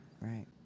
Right